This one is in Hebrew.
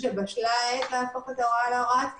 שבשלה העת להפוך את ההוראה להוראת קבע,